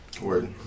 word